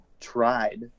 tried